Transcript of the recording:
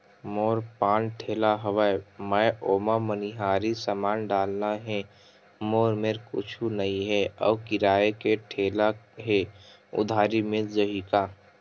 मोर पान ठेला हवय मैं ओमा मनिहारी समान डालना हे मोर मेर कुछ नई हे आऊ किराए के ठेला हे उधारी मिल जहीं का?